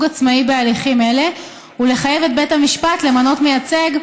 עצמאי בהליכים אלו ולחייב את בית המשפט למנות מייצג,